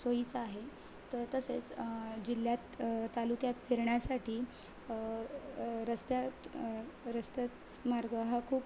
सोयीचा आहे तर तसेच जिल्ह्यात तालुक्यात फिरण्यासाठी रस्त्यात रस्त्यात मार्ग हा खूप